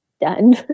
done